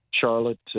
Charlotte